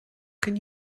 can